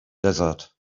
desert